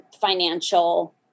financial